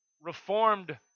reformed